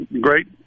great